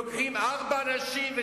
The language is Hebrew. לוקחים ארבע נשים,